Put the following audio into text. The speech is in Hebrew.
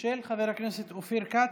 מס' 1317, של חבר הכנסת אופיר כץ.